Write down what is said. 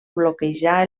bloquejar